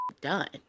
done